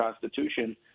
constitution